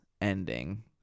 ending